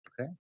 Okay